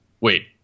Wait